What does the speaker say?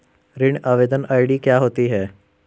ऋण आवेदन आई.डी क्या होती है?